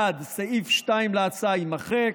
1. סעיף 2 להצעה יימחק,